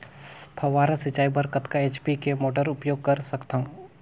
फव्वारा सिंचाई बर कतका एच.पी के मोटर उपयोग कर सकथव?